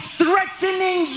threatening